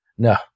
No